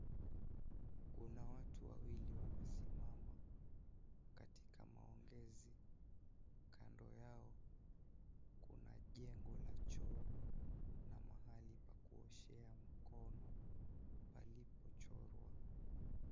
Kuna watu wawili wamesimama katika maongezi, kando yao kuna jengo la choo na mahali pa kuoshea mkono palipochorwa.